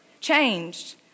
changed